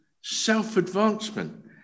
self-advancement